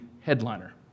headliner